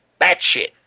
batshit